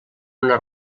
una